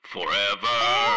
forever